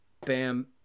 Bam